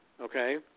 Okay